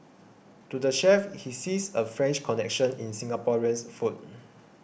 to the chef he sees a French connection in Singaporeans food